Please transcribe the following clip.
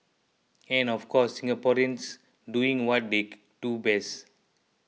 and of course Singaporeans doing what they do best